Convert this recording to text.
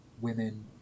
women